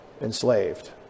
enslaved